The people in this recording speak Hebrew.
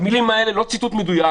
ואמר במילים האלה זה לא ציטוט מדויק,